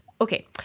Okay